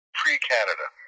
pre-Canada